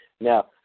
Now